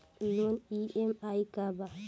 Loan EMI का बा?